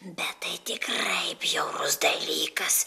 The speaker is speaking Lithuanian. bet tai tikrai bjaurus dalykas